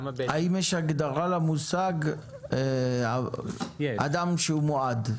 האם יש הגדרה למושג אדם שהוא מועד?